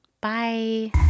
Bye